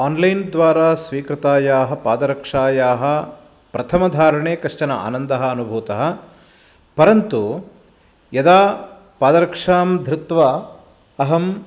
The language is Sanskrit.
आन्लैन् द्वारा स्वीकृतायाः पादरक्षायाः प्रथमधारणे कश्चन आनन्दः अनुभूतः परन्तु यदा पादरक्षां धृत्वा अहं